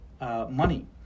money